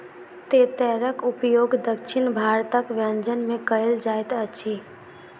तेतैरक उपयोग दक्षिण भारतक व्यंजन में कयल जाइत अछि